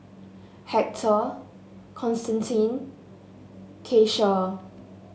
Hector Constantine Kecia